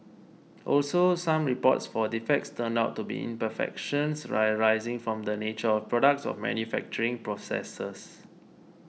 also some reports for defects turned out to be imperfections arising from the nature of the products or manufacturing processes